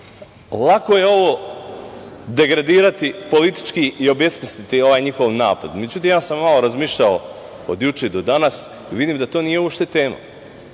lako je ovo degradirati politički i obesmisliti, ovaj njihov napad, međutim, malo sam razmišljao od juče do danas, i vidim da to nije uopšte tema.